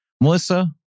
Melissa